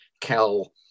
Kel